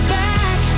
back